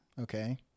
Okay